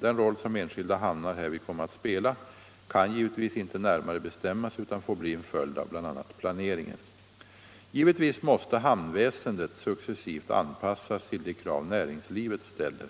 Den roll som enskilda hamnar härvid kommer att spela kan givetvis inte närmare bestämmas utan får bli en följd av bl.a. planeringen. Givetvis måste hamnväsendet successivt an passas till de krav näringslivet ställer.